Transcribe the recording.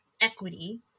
equity